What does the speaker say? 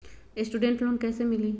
Student loan कैसे मिली?